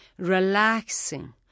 relaxing